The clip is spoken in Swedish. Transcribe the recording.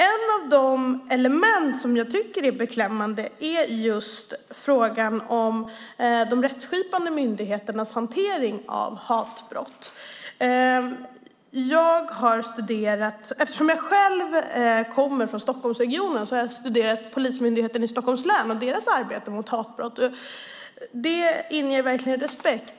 Ett av de element som är beklämmande är just frågan om de rättskipande myndigheternas hantering av hatbrott. Jag kommer själv från Stockholmsregionen och har studerat Polismyndigheten i Stockholms län och dess arbete mot hatbrott. Det inger verkligen respekt.